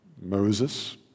Moses